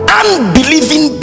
unbelieving